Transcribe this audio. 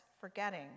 forgetting